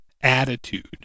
attitude